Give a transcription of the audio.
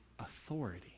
authority